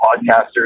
podcasters